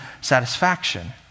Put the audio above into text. satisfaction